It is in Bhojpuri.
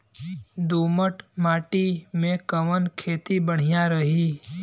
दोमट माटी में कवन खेती बढ़िया रही?